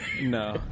No